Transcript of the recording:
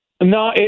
No